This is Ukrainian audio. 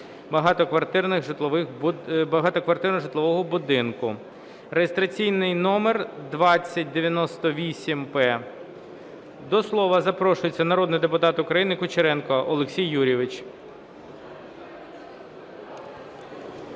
багатоквартирного житлового будинку (реєстраційний номер 2098-П). До слова запрошується народний депутат України Кучеренко Олексій Юрійович.